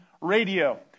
radio